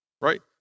Right